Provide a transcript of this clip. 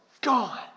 gone